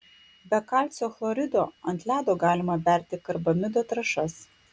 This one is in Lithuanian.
be kalcio chlorido ant ledo galima berti karbamido trąšas